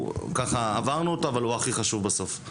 הראיה לכך שבשנה הבאה,